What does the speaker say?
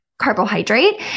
carbohydrate